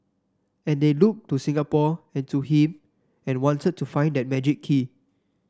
and they looked to Singapore and to him and wanted to find that magic key